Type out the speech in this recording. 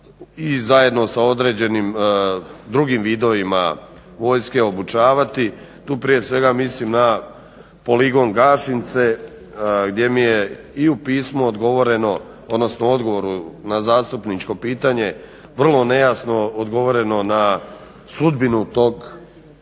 i zajedno sa određenim drugim vidovima vojske obučavati. Tu prije svega mislim na poligon Gašince gdje mi je i u pismu odgovoreno, odnosno odgovoru na zastupničko pitanje vrlo nejasno odgovoreno na sudbinu tog